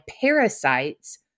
parasites